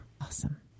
awesome